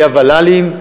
היו ול"לים,